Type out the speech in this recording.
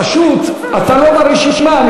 פשוט אתה לא ברשימה.